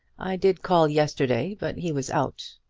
i did call yesterday, but he was out.